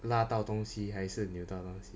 拉倒东西还是你打倒东西